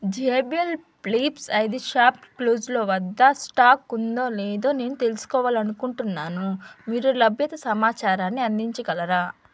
JBL flips ఐదు షాప్క్లూజ్ల వద్ద స్టాక్ ఉందో లేదో నేను తెలుసుకోవాలి అనుకుంటున్నాను మీరు లభ్యత సమాచారాన్ని అందించగలరా